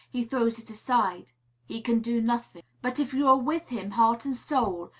he throws it aside he can do nothing. but if you are with him, heart and soul,